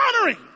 honoring